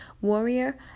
warrior